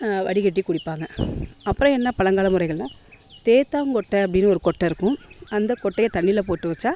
வடிகட்டி குடிப்பாங்க அப்புறம் என்ன பழங்கால முறைகள்னா தேத்தாங் கொட்டை அப்படின்னு ஒரு கொட்டை இருக்கும் அந்த கொட்டைய தண்ணியில் போட்டு வச்சா